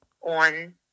on